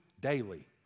daily